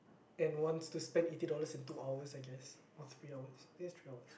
and wants to spend eighty dollars in two hours I guess or three hours I think it's three hours